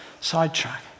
sidetrack